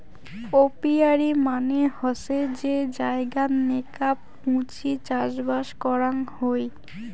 apiary মানে হসে যে জায়গাত নেকাব মুচি চাষবাস করাং হই